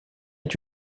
est